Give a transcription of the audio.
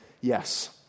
Yes